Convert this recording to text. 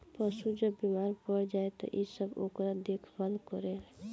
पशु जब बेमार पड़ जाए त इ सब ओकर देखभाल करेल